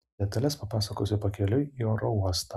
detales papasakosiu pakeliui į oro uostą